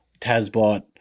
Tazbot